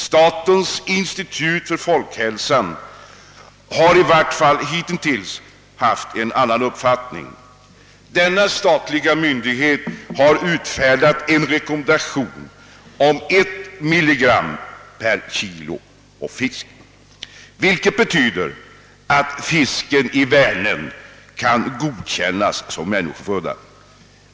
| Statens institut för folkhälsan har i varje fall hittills haft en annan uppfattning. Denna statliga myndighet har utfärdat en rekommendation, där gränsvärdet sätts till 1 milligram per kilo fisk, vilket betyder att fisken i Vänern kan godkännas som människoföda.